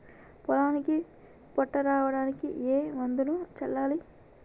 పొలానికి పొట్ట రావడానికి ఏ మందును చల్లాలి?